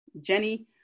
Jenny